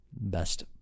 best